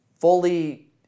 fully